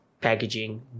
packaging